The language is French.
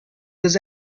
des